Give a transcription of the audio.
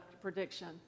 prediction